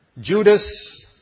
Judas